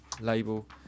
label